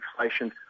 inflation